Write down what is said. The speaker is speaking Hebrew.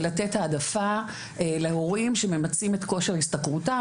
לתת העדפה להורים שממצים את כושר השתכרותם,